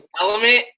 element